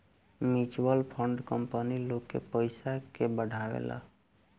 mutual fund company लोग के पयिसा के बढ़ावेला